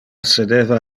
sedeva